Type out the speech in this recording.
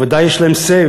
ובוודאי יש להם say,